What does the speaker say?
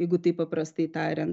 jeigu taip paprastai tariant